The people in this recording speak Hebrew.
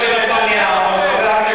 700 תושבים עולים למדינה 7 מיליון שקל,